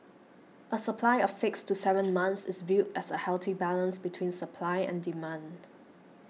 a supply of six to seven months is viewed as a healthy balance between supply and demand